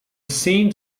seen